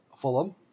Fulham